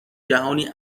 جهانی